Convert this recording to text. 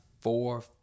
four